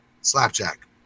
Slapjack